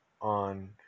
on